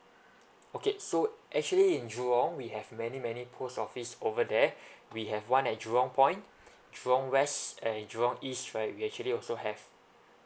okay so actually in jurong we have many many post office over there we have one at jurong point jurong west and jurong east right we actually also have